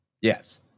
Yes